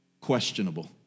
questionable